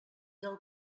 del